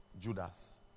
Judas